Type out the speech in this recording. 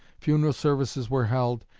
funeral services were held,